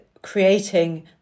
creating